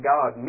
God